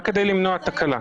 רק כדי למנוע תקלה.